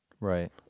Right